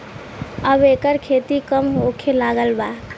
अब एकर खेती कम होखे लागल बा